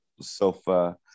sofa